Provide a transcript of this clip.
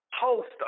host